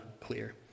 clear